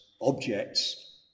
objects